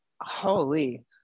holy